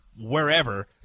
wherever